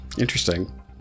Interesting